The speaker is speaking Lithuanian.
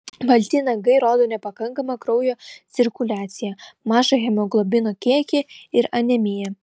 balti nagai rodo nepakankamą kraujo cirkuliaciją mažą hemoglobino kiekį ir anemiją